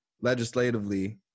legislatively